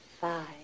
five